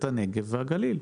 את הנגב ואת הגליל.